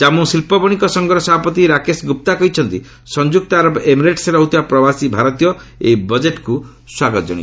ଜନ୍ମୁ ଶିଳ୍ପ ବଶିକ ସଂଘର ସଭାପତି ରାକେଶ ଗୁପ୍ତା କହିଛନ୍ତି ସଂଯୁକ୍ତ ଆରବ ଏମିରେଟ୍ସ୍ରେ ରହୁଥିବା ପ୍ରବାସୀ ଭାରତୀୟ ଏହି ବଜେଟ୍କୁ ସ୍ୱାଗତ କରିଛନ୍ତି